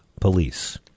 police